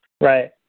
Right